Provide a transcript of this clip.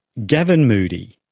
gavin moodie.